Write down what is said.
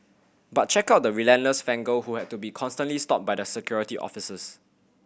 but check out the relentless fan girl who had to be constantly stopped by the Security Officers